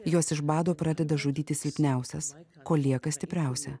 jos iš bado pradeda žudyti silpniausias kol lieka stipriausia